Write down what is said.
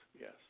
Yes